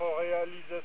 réalisation